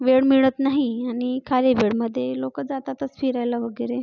वेळ मिळत नाही आणि खाली वेळामध्ये लोक जातातच फिरायला वगैरे